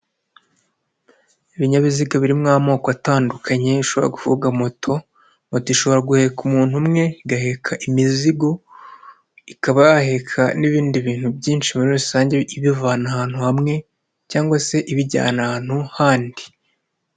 Ibinyabiziga biririmo amoko atandukanye ushobora kuvuga moto, moto ishobora guheka umuntu umwe, igaheka imizigo ikaba yaheka n'ibindi bintu byinshi muri rusange ibivana ahantu hamwe, cyangwa se ibijyana ahantu handi.